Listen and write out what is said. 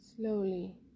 slowly